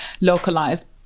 localized